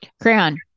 Crayon